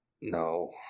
No